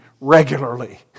regularly